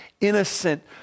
innocent